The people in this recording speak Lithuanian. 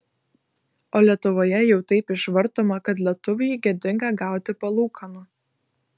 o lietuvoje jau taip išvartoma kad lietuviui gėdinga gauti palūkanų